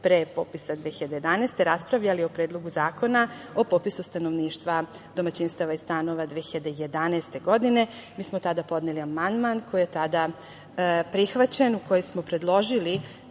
pre popisa 2011. godine, raspravljali o Predlogu zakona o popisu stanovništva domaćinstava i stanova 2011. godine, podneli amandman koji je tada prihvaćen, kojim smo predložili